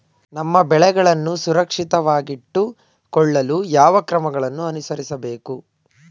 ನಮ್ಮ ಬೆಳೆಗಳನ್ನು ಸುರಕ್ಷಿತವಾಗಿಟ್ಟು ಕೊಳ್ಳಲು ಯಾವ ಕ್ರಮಗಳನ್ನು ಅನುಸರಿಸಬೇಕು?